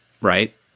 Right